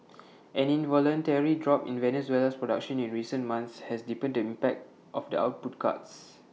an involuntary drop in Venezuela's production in recent months has deepened the impact of the output cuts